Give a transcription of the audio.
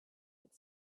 had